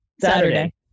Saturday